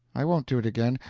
i won't do it again.